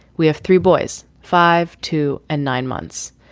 we have three boys, five, two and nine months.